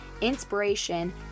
inspiration